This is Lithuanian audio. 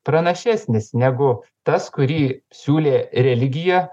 pranašesnis negu tas kurį siūlė religija